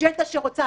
אג'נדה שרוצה